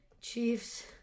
Chiefs